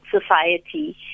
society